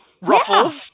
Ruffles